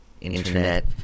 Internet